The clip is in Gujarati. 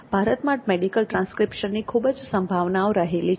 ભારતમાં મેડિકલ ટ્રાંસ્ક્રિપ્શનની ખૂબ જ સંભાવનાઓ રહેલી છે